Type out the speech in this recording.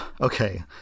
okay